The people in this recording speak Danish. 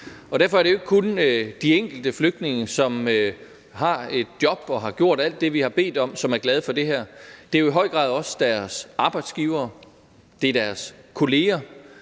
Derfor er det jo ikke kun de enkelte flygtninge, som har et job og har gjort alt det, vi har bedt om, som er glade for det her. Det er jo i høj grad også deres arbejdsgivere, det er deres kolleger.